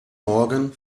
morgen